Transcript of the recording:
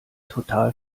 total